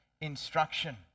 instruction